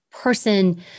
person